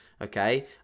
okay